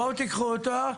בואו תיקחו אותו,